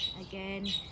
Again